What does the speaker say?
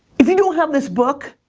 if you don't have this book,